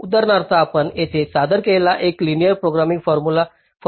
उदाहरणार्थ आपण येथे सादर केलेला एक लिनिअर प्रोग्रामिंग फॉर्म्युलेशन वापरतो